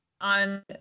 On